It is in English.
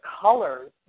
colors